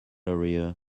area